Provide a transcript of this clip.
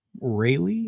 Rayleigh